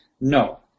No